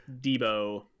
Debo